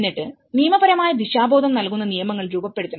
എന്നിട്ട് നിയമപരമായ ദിശാബോധം നൽകുന്ന നിയമങ്ങൾ രൂപപ്പെടുത്തണം